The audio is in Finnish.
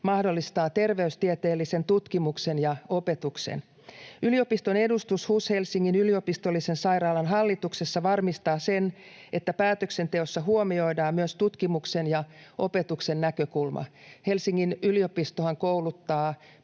mahdollistaa terveystieteellisen tutkimuksen ja opetuksen. Yliopiston edustus HUS Helsingin yliopistollisen sairaalan hallituksessa varmistaa sen, että päätöksenteossa huomioidaan myös tutkimuksen ja opetuksen näkökulma — Helsingin yliopistohan kouluttaa